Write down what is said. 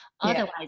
Otherwise